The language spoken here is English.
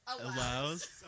allows